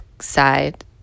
side